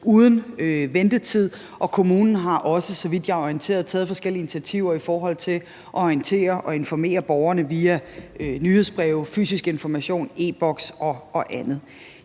vidt jeg er orienteret, taget forskellige initiativer i forhold til at orientere og informere borgerne via nyhedsbreve, fysisk information, e-boks og andet.